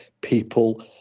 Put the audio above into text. people